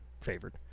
favored